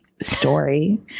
story